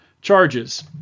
charges